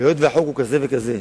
היות שהחוק הוא כזה וכזה,